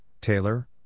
Taylor